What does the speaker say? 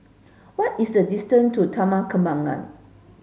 what is the distance to Taman Kembangan